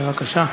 בבקשה.